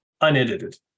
unedited